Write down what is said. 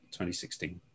2016